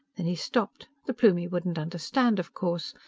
then he stopped. the plumie wouldn't understand, of course.